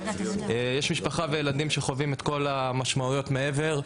יש משפחה וילדים שחווים את כל המשמעויות מעבר.